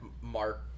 Mark